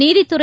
நீதித்துறை